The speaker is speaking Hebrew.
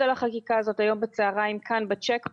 על החקיקה הזאת היום בצהריים כאן בצ'ק פוסט,